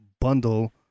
bundle